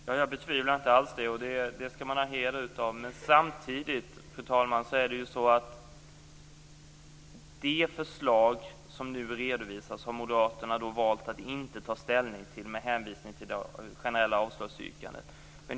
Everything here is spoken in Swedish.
Fru talman! Det betvivlar jag inte alls, och det är något som man skall ha heder av. Men det är samtidigt så, fru talman, att moderaterna med hänvisning till det generella avslagsyrkandet har valt att inte ta ställning till de förslag som nu redovisas.